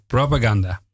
Propaganda